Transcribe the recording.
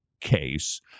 case